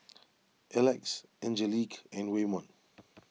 Elex Angelique and Waymon